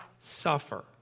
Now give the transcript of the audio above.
suffer